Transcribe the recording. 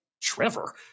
Trevor